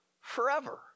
forever